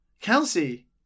Kelsey